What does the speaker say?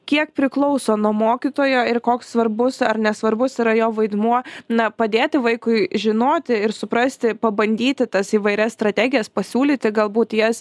kiek priklauso nuo mokytojo ir koks svarbus ar nesvarbus yra jo vaidmuo na padėti vaikui žinoti ir suprasti pabandyti tas įvairias strategijas pasiūlyti galbūt jas